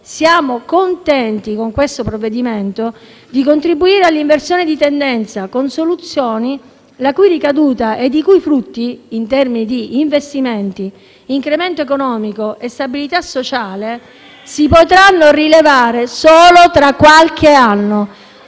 siamo contenti, con questo provvedimento, di contribuire all'inversione di tendenza con soluzioni la cui ricaduta e i cui frutti, in termini di investimenti, incremento economico e stabilità sociale, si potranno rilevare solo tra qualche anno.